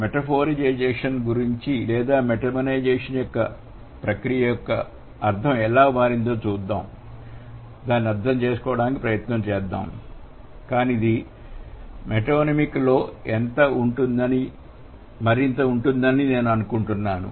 metaphorization లేదా metonymization ప్రక్రియ యొక్క అర్థం ఎలా మారిందో చూద్దాం అర్థం చేసుకోవడానికి ప్రయత్నిస్తాము కాని ఇది మెటోనిమిక్ లో మరింత ఉంటుందని నేను అనుకుంటున్నాను